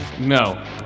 No